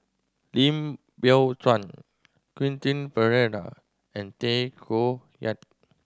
Lim Biow Chuan Quentin Pereira and Tay Koh Yat